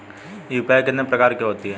UPI कितने प्रकार की होती हैं?